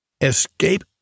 escape